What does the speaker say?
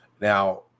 Now